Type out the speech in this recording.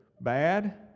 bad